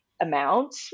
amount